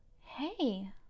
Hey